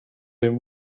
him